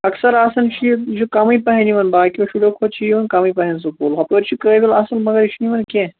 اَکژ آسان چُھ یہِ یہِ چھُ کَمٕے پَہم یِوان باقیو شُریٚو کھۅتہٕ چھُ یِوان کَمٕے پَہم سکوٗل ہُپٲرۍ چھُ قٲبِل اصٕل مَگر یہِ چھُنہٕ یِوان کیٚنٛہہ